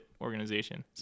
organization